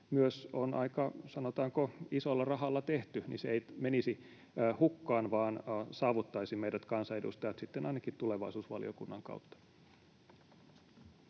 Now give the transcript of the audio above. — sanotaanko — isolla rahalla tehty, ei menisi hukkaan vaan saavuttaisi meidät kansanedustajat sitten ainakin tulevaisuusvaliokunnan kautta.